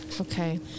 okay